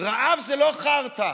רעב זה לא חרטא.